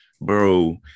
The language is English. bro